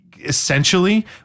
Essentially